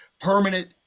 permanent